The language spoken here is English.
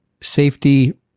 safety